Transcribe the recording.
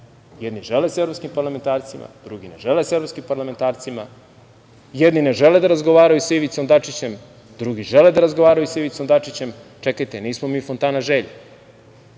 jedni žele sa evropskim parlamentarcima, drugi ne žele sa evropskim parlamentarcima, jedni ne žele da razgovaraju sa Ivicom Dačićem, drugi žele da razgovaraju sa Ivicom Dačićem. Čekajte, nismo mi fontana želja. Mi